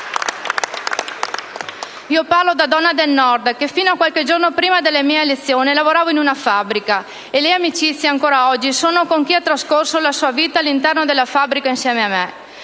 Io parlo da donna del Nord che, fino a qualche giorno prima della sua elezione, lavorava in una fabbrica, e le mie amicizie, ancora oggi, sono con chi ha trascorso la sua vita all'interno della fabbrica insieme a me.